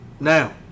Now